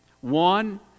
One